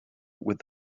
with